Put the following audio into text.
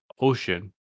ocean